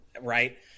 right